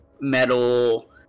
metal